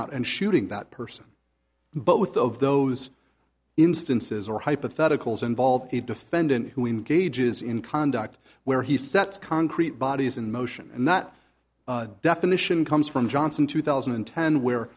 out and shooting that person but with the of those instances or hypotheticals involved a defendant who engages in conduct where he sets concrete bodies in motion and that definition comes from johnson two thousand and ten where